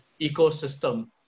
ecosystem